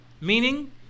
meaning